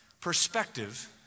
perspective